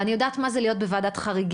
אני יודעת מה זה להיות בוועדת חריגים,